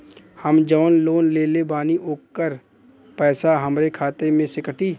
हम जवन लोन लेले बानी होकर पैसा हमरे खाते से कटी?